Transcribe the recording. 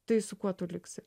tai su kuo tu liksi